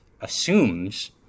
assumes